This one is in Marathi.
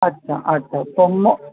अच्छा अच्छा तर मग